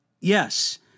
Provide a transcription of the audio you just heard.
yes